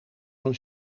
van